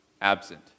absent